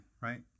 right